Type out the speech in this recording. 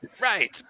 Right